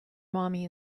mommy